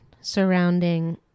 surrounding